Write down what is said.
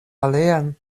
alian